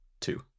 Two